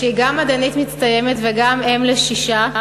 היא גם מדענית מצטיינת וגם אם לשישה.